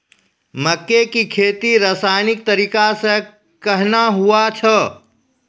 मक्के की खेती रसायनिक तरीका से कहना हुआ छ?